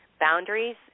Boundaries